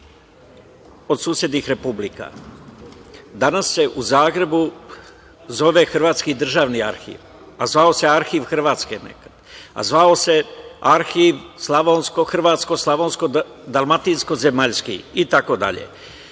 od susednih republika. Danas se u Zagrebu zove Hrvatski državni arhiv, a zvao se Arhiv Hrvatske nekada, zvao se Arhiv hrvatsko-slavonsko-dalmatinsko zemaljski itd. Isto